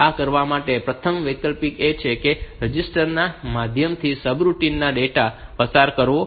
તેથી આ કરવા માટેનો પ્રથમ વિકલ્પ એ છે કે રજિસ્ટર ના માધ્યમથી સબરૂટીન માં ડેટા પસાર કરવો